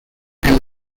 and